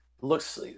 Looks